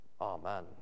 Amen